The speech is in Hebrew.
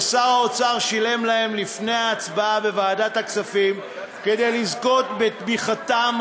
ששר האוצר שילם להם לפני ההצבעה בוועדת הכספים כדי לזכות בתמיכתם.